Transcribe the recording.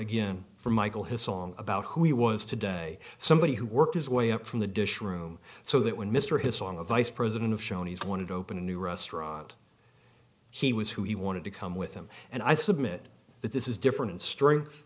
again from michael his song about who he was today somebody who worked his way up from the dish room so that when mr his on the vice president of shoney's wanted to open a new restaurant he was who he wanted to come with him and i submit that this is different strength